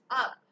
up